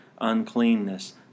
uncleanness